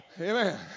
Amen